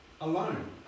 alone